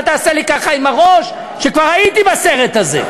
אל תעשה לי ככה עם הראש, כי כבר הייתי בסרט הזה.